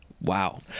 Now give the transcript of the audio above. wow